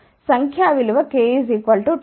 కాబట్టి 10010